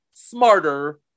smarter